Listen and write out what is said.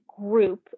group